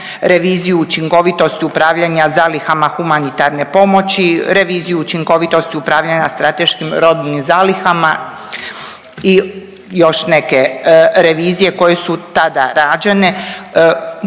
reviziju učinkovitosti upravljanja zalihama humanitarne pomoći, reviziju učinkovitosti upravljanja strateškim robnim zalihama i još neke revizije koje su tada rađene,